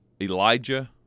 Elijah